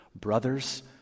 Brothers